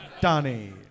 Donnie